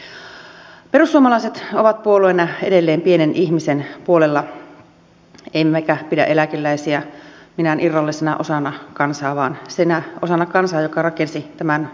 perussuomalaiset ovat puolueena edelleen pienen ihmisen puolella emmekä pidä eläkeläisiä minään irrallisena osana kansaa vaan sinä osana kansaa joka rakensi tämän maan